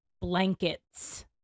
Blankets